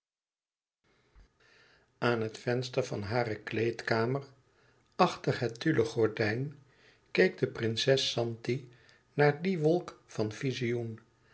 aan het venster van hare kleedkamer achter het tulle gordijn keek de prinses zanti naar die wolk dat vizioen